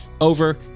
over